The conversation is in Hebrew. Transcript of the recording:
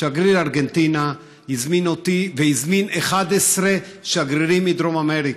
שגריר ארגנטינה הזמין אותי והזמין 11 שגרירים מדרום אמריקה.